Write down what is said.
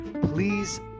please